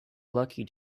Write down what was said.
lucky